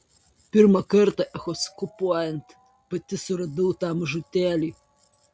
pirmą kartą echoskopuojant pati suradau tą mažutėlį